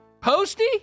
Posty